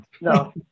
no